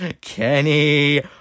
Kenny